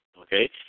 okay